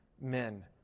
men